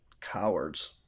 cowards